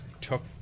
took